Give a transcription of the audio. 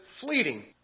fleeting